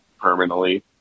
permanently